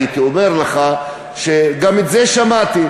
הייתי אומר לך גם את זה שמעתי.